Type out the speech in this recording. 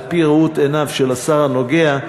על-פי ראות עיניו של השר הנוגע בדבר,